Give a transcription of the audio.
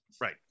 right